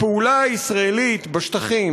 הפעולה הישראלית בשטחים,